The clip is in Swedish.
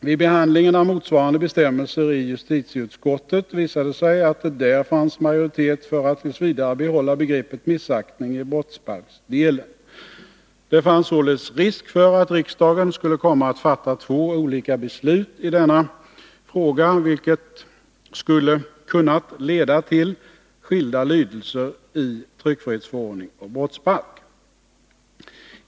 Vid behandlingen av motsvarande bestämmelser i justitieutskottet visade det sig att det där fanns majoritet för att t. v. bibehålla begreppet missaktning i brottsbalksdelen. Det fanns således risk för att riksdagen skulle komma att fatta två olika beslut i denna fråga, vilket skulle kunna leda till skilda lydelser i tryckfrihetsförordning och brottsbalk.